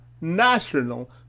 national